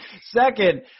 second